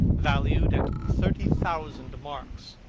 valued at thirty thousand marks,